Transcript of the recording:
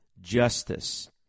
justice